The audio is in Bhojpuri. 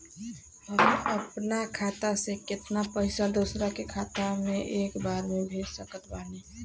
हम अपना खाता से केतना पैसा दोसरा के खाता मे एक बार मे भेज सकत बानी?